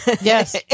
Yes